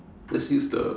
let's use the